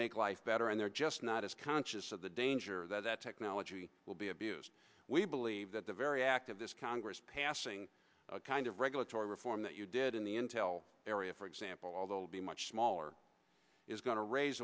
make life better and they're just not as conscious of the danger that technology will be abused we believe that the very act of this congress passing a kind of regulatory reform that you did in the intel area for example although be much smaller is going to raise